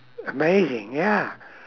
amazing ya